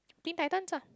Teen-Titans ah